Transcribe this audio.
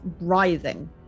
writhing